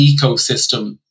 ecosystem